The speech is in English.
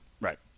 Right